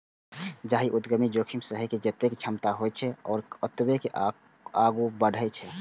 जाहि उद्यमी मे जोखिम सहै के जतेक क्षमता होइ छै, ओ ओतबे आगू बढ़ै छै